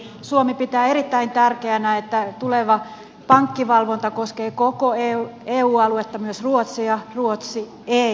suomi pitää erittäin tärkeänä että tuleva pankkivalvonta koskee koko eu aluetta myös ruotsia ruotsi ei